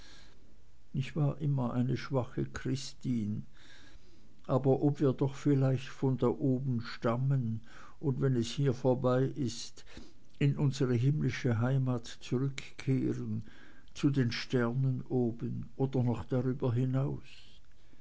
ich war immer eine schwache christin aber ob wir doch vielleicht von da oben stammen und wenn es hier vorbei ist in unsere himmlische heimat zurückkehren zu den sternen oben oder noch drüber hinaus